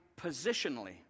positionally